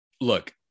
look